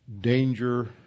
danger